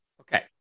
Okay